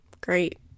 great